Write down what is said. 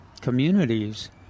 communities